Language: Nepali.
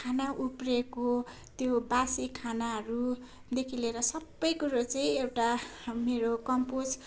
खाना उब्रिएको त्यो बासी खानाहरूदेखि लिएर सबै कुरो चाहिँ एउटा मेरो कम्पोस्ट